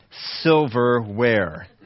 silverware